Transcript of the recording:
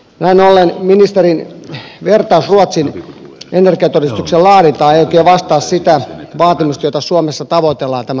näin ollen ministerin vertaus ruotsin energiatodistuksen laadintaan ei oikein vastaa sitä vaatimusta jota suomessa tavoitellaan tämän todistuksen tekemisen suhteen